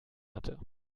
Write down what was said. hatte